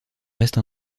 reste